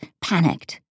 panicked